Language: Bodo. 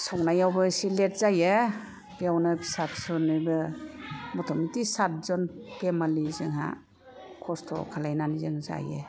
संनायावबो एसे लेट जायो बेयावनो फिसा फिसौनिबो मथा मथि सात जन फेमेलि जोंहा खस्थ' खालायनानै जों जायो